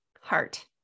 heart